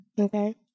Okay